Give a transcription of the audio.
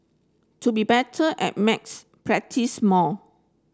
to be better at maths practise more